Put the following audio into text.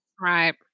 Right